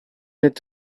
het